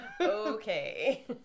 Okay